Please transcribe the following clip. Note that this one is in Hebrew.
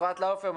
אפרת לאופר,